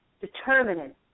determinant